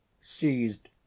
seized